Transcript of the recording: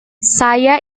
saya